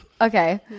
Okay